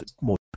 more